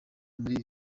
muri